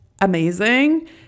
amazing